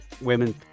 women